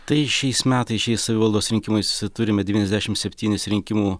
tai šiais metais šiais savivaldos rinkimais turime devyniasdešim septynis rinkimų